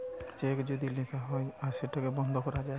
check যদি লিখা হয়ে যায় সেটাকে বন্ধ করা যায়